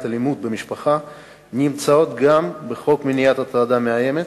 אלימות במשפחה נמצאות גם בחוק מניעת הטרדה מאיימת.